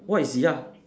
what is ya